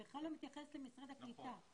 היא בכלל לא מתייחסת למשרד הקליטה.